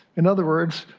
in other words,